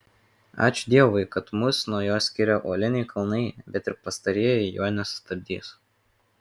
ačiū dievui kad mus nuo jo skiria uoliniai kalnai bet ir pastarieji jo nesustabdys